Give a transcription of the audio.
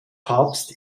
papst